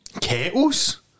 kettles